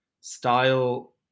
style